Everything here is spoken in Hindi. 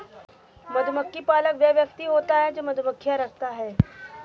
मधुमक्खी पालक वह व्यक्ति होता है जो मधुमक्खियां रखता है